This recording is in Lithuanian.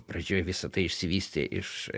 pradžioj visa tai išsivystė iš